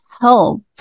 help